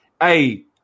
hey